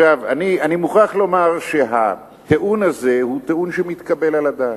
אני מוכרח לומר שהטיעון הזה הוא טיעון מתקבל על הדעת,